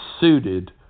suited